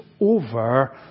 over